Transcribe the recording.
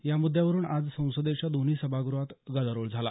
या मुद्यावरून आज संसदेच्या दोन्ही सभागृहात गदारोळ झाला